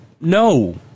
no